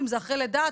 אם זה אחרי לידה,